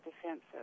defensive